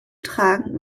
tragen